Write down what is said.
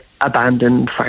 abandoned